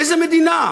איזו מדינה?